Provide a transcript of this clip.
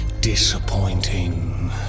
Disappointing